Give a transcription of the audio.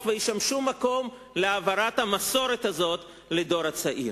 וישמשו מקום להעברת המסורת הזאת לדור הצעיר.